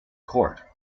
court